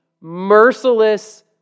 merciless